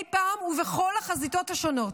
אי פעם, ובכל החזיתות השונות.